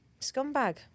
scumbag